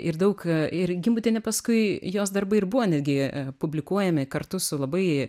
ir daug ir gimbutienė paskui jos darbai ir buvo netgi publikuojami kartu su labai